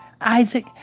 Isaac